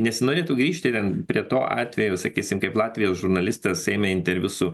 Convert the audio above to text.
nesinorėtų grįžti ten prie to atvejo sakysim kaip latvijos žurnalistas ėmė interviu su